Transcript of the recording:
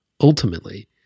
ultimately